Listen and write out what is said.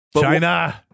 China